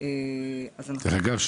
דרך אגב,